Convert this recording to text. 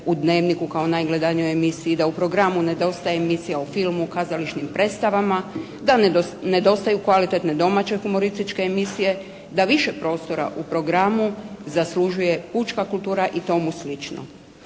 u "Dnevniku" kao najgledanijoj emisiji, da u programu nedostaje emisija o filmu, kazališnim predstavama, da nedostaju kvalitetne domaće humorističke emisije, da više prostora u programu zaslužuje pučka kultura i tomu slično.